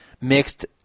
mixed